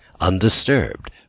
undisturbed